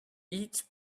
each